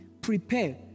Prepare